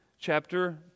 chapter